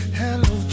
hello